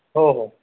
हो हो